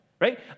right